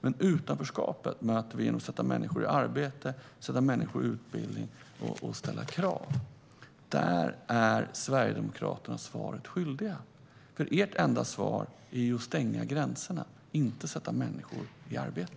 Men utanförskapet möter vi genom att sätta människor i arbete, genom att sätta människor i utbildning och genom att ställa krav. Där är Sverigedemokraterna svaret skyldiga, för ert enda svar är att stänga gränserna, inte att sätta människor i arbete.